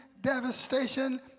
devastation